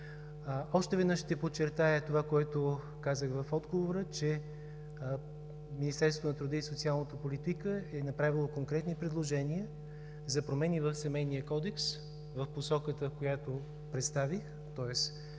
Още веднъж ще подчертая това, което казах в отговора, че Министерството на труда и социалната политика е направило конкретни предложения за промени в Семейния кодекс в посоката, в която представих, тоест